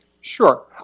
Sure